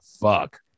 fuck